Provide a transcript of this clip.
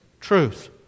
truth